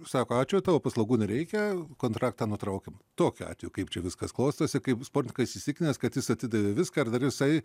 sako ačiū tavo paslaugų nereikia kontraktą nutraukiam tokiu atveju kaip čia viskas klostosi kaip sportininkas įsitikinęs kad jis atidavė viską ir dar visai